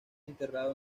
enterrado